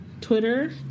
Twitter